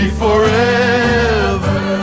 forever